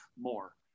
more